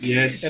Yes